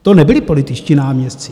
To nebyli političtí náměstci.